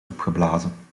opgeblazen